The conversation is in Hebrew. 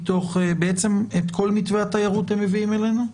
בעצם את כל מתווה התיירות הם מביאים אלינו?